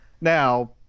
Now